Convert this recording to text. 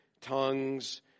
Tongues